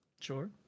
Sure